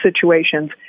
situations